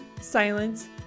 silence